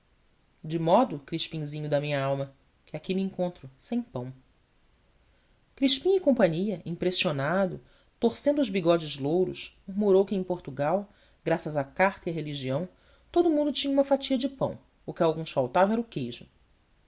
palha de modo crispinzinho da minha alma que aqui me encontro sem pão crispim cia impressionado torcendo os bigodes louros murmurou que em portugal graças à carta e à religião todo o mundo tinha uma fatia de pão o que a alguns faltava era o queijo